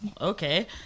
okay